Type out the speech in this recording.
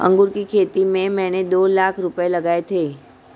अंगूर की खेती में मैंने दो लाख रुपए लगाए थे